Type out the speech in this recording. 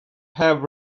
have